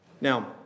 Now